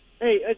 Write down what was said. Hey